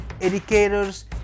educators